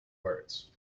words